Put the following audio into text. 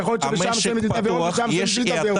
יכול להיות שבשעה מסוימת עם תו ירוק ובשעה מסוימת בלי תו ירוק.